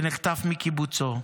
שנחטף מקיבוצו.